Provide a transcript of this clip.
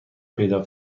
پیدا